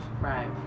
Right